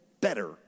better